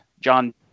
John